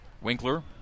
Winkler